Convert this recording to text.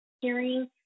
hearing